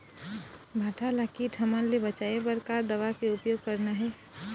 भांटा ला कीट हमन ले बचाए बर का दवा के उपयोग करना ये?